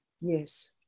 Yes